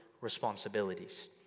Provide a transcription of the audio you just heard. responsibilities